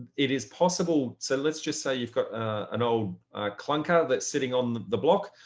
it is possible. so let's just say you've got an old clunker that's sitting on the block,